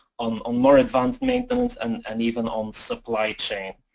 on ah more advanced maintenance and and even on supply chain.